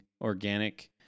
organic